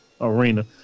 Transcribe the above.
Arena